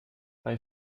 bei